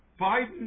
Biden